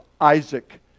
Isaac